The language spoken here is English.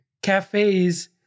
cafes